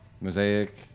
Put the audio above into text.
Mosaic